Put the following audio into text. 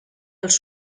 els